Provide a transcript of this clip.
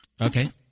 Okay